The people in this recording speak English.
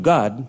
God